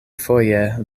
foje